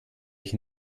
ich